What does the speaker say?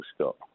Scott